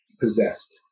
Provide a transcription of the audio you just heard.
possessed